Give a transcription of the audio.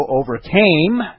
overcame